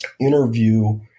interview